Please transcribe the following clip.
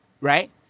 right